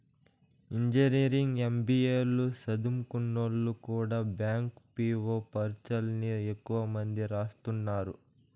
engineering, MBA లు సదుంకున్నోల్లు కూడా బ్యాంకి పీ.వో పరీచ్చల్ని ఎక్కువ మంది రాస్తున్నారు